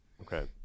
Okay